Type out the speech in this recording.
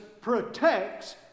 protects